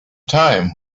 time